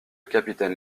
capitaine